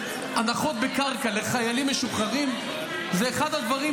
שהנחות בקרקע לחיילים משוחררים זה אחד הנושאים